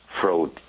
fraud